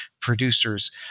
producers